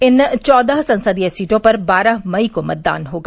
इन चौदह संसदीय सीटों पर बारह मई को मतदान होगा